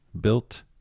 built